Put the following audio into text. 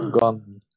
gone